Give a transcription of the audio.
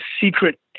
secret